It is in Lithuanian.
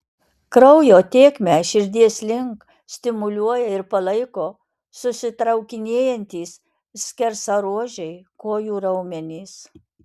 kraujo tėkmę širdies link stimuliuoja ir palaiko susitraukinėjantys skersaruožiai kojų raumenys